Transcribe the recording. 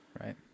right